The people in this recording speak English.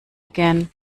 again